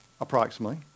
approximately